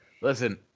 Listen